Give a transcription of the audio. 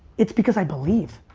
it's because i believe.